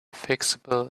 fixable